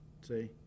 see